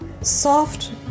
soft